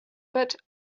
but